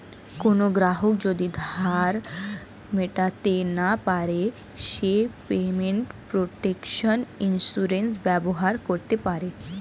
কোনো গ্রাহক যদি তার ধার মেটাতে না পারে সে পেমেন্ট প্রটেকশন ইন্সুরেন্স ব্যবহার করতে পারে